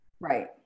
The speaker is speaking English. Right